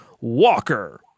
Walker